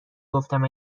گفتم